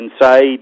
inside